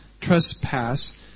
trespass